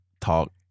talk